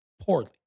poorly